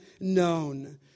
known